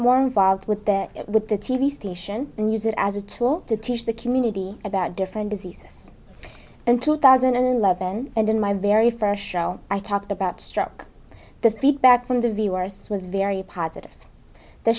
more involved with that with the t v station and use it as a tool to teach the community about different diseases in two thousand and eleven and in my very first show i talked about struck the feedback from viewers was very positive the